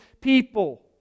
people